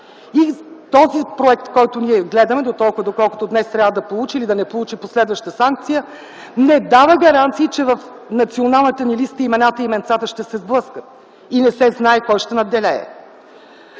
и този проект, който ние гледаме, дотолкова доколкото днес трябва да получи или да не получи последваща санкция, не дава гаранции, че в Националната ни листа имената и именцата ще се сблъскат и не се знае кой ще надделее.